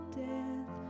death